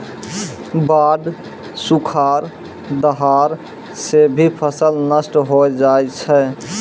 बाढ़, सुखाड़, दहाड़ सें भी फसल नष्ट होय जाय छै